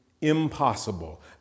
impossible